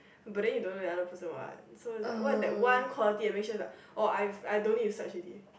but then you don't know the other person what so is like what is that one quality that make sure like oh I I don't need to search already